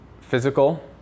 physical